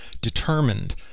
determined